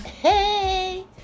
Hey